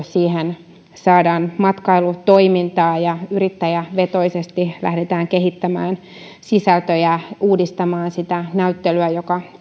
siihen saadaan matkailutoimintaa ja yrittäjävetoisesti lähdetään kehittämään sisältöjä uudistamaan sitä näyttelyä joka